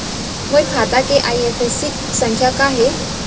मोर खाता के आई.एफ.एस.सी संख्या का हे?